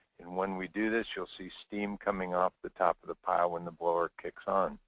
and when we do this you'll see steam coming off the top of the pile when the blower kicks on.